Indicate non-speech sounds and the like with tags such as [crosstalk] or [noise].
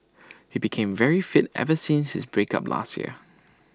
[noise] he became very fit ever since his break up last year